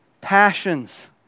passions